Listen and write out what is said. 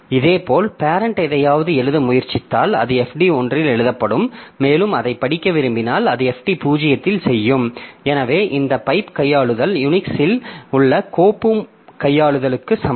இதேபோல் பேரெண்ட் எதையாவது எழுத முயற்சித்தால் அது fd 1 இல் எழுதப்படும் மேலும் அதைப் படிக்க விரும்பினால் அது fd 0 இல் செய்யும் எனவே இந்த பைப் கையாளுதல் யுனிக்ஸ் இல் உள்ள கோப்பு கையாளுதலுக்கு சமம்